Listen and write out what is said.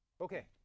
Okay